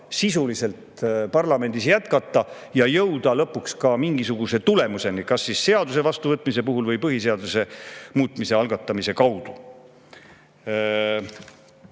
sisuliselt jätkata ja jõuda lõpuks ka mingisuguse tulemuseni kas seaduse vastuvõtmise või põhiseaduse muutmise algatamise kaudu.